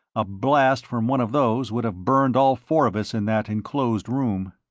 a blast from one of those would have burned all four of us in that enclosed room.